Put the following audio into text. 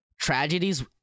Tragedies